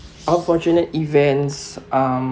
unfortunate events um~